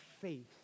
faith